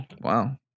Wow